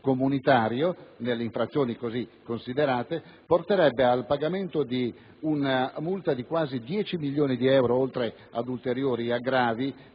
comunitario nelle infrazioni così considerate porterebbe al pagamento di una multa di quasi 10 milioni di euro, oltre ad ulteriori aggravi